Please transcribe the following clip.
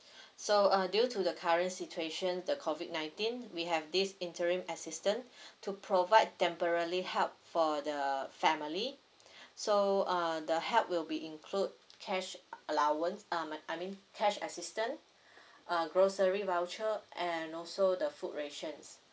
so uh due to the current situation the COVID nineteen we have this interim assistant to provide temporally help for the family so uh the help will be include cash allowance uh I mean cash assistant uh grocery voucher and also the food rations